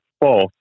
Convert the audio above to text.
false